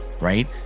right